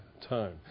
time